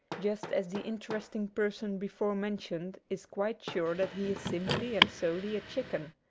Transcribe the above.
just as the interest ing person before mentioned is quite sure that he is simply and solely a chicken.